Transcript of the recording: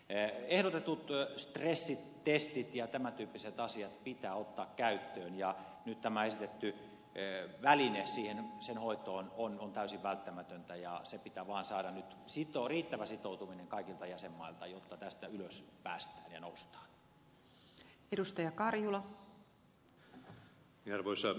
ehdotetut stressitestit ja tämän tyyppiset asiat pitää ottaa käyttöön ja nyt tämä esitetty väline sen hoitoon on täysin välttämätön ja pitää vaan saada nyt riittävä sitoutuminen kaikilta jäsenmailta jotta tästä ylös päästään ja noustaan